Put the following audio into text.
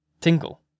Tingle